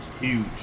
Huge